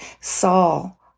Saul